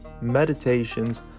meditations